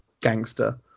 gangster